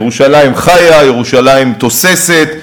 ירושלים חיה, ירושלים תוססת,